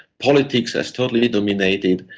politics has totally dominated.